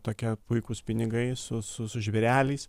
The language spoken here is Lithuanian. tokie puikūs pinigai su su su žvėreliais